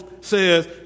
says